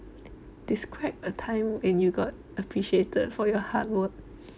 describe a time when you got appreciated for your hard work